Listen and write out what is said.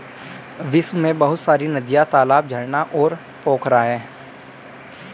विश्व में बहुत सारी नदियां, तालाब, झरना और पोखरा है